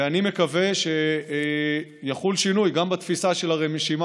אני מקווה שיחול שינוי גם בתפיסה של הרשימה